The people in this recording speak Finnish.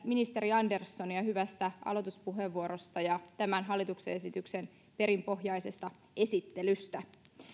ministeri anderssonia hyvästä aloituspuheenvuorosta ja hallituksen esityksen perinpohjaisesta esittelystä